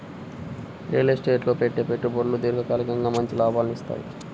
real estate లో పెట్టే పెట్టుబడులు దీర్ఘకాలికంగా మంచి లాభాలనిత్తయ్యి